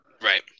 Right